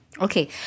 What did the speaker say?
Okay